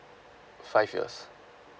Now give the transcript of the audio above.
uh five years